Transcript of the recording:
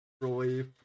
relief